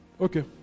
Okay